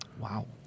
Wow